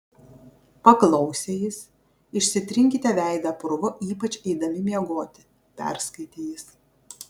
paklausė jis išsitrinkite veidą purvu ypač eidami miegoti perskaitė jis